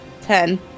Ten